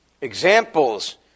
examples